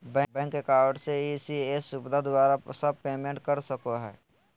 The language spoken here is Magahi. बैंक अकाउंट से इ.सी.एस सुविधा द्वारा सब पेमेंट कर सको हइ